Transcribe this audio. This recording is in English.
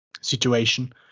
situation